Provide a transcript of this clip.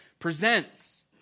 presents